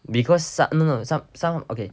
because so~ no no no som~ some okay